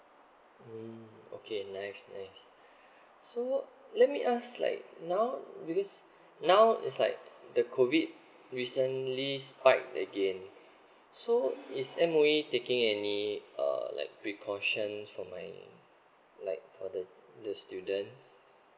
mm okay nice nice so let me ask like now because now is like the C O V I D recently spike again so is there any way taking any like precautions for my like for the the students